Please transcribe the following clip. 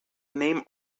name